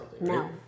No